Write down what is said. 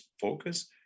focus